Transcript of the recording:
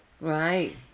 Right